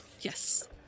Yes